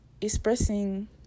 expressing